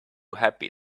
happy